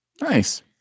Nice